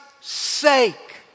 sake